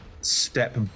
step